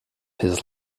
his